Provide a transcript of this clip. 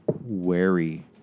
wary